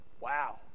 Wow